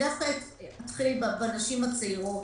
אתחיל בנשים הצעירות,